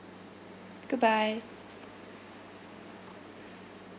goodbye